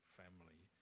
family